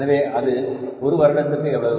எனவே அது ஒரு வருடத்திற்கு எவ்வளவு